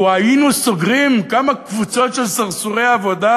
לו היינו סוגרים כמה קבוצות של סרסורי עבודה